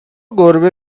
گربه